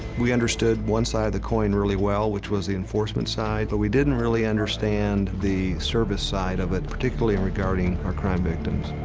we understood one side of the coin really well, which was the enforcement side, but we didn't really understand the service side of it, particularly and regarding our crime victims.